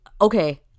Okay